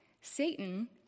Satan